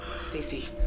Stacey